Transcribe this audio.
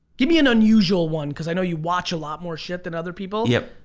give me an unusual one cause i know you watch a lot more shit than other people. yep.